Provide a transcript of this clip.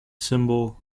symbol